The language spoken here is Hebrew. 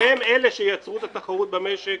שהם אלה שייצרו את התחרות במשק,